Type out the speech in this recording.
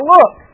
Look